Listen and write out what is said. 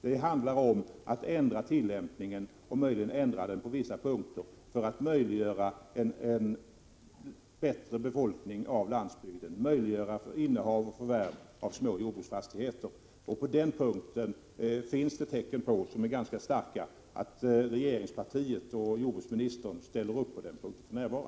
Det handlar om att ändra tillämpningen och möjligen ändra lagen på vissa punkter för att underlätta för människor att bo på landsbygden och möjliggöra innehav och förvärv av små jordbruksfastigheter. Det finns tecken som tyder på att regeringspartiet och jordbruksministern ställer upp bakom detta.